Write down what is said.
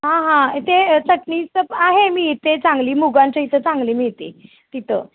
हां हां ते चटणीचं आहे मी इथे चांगली मुगांच्या इथं चांगली मिळते तिथं